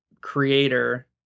creator